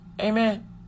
Amen